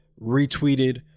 retweeted